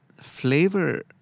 flavor